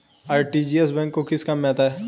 RTGS bank के किस काम में आता है?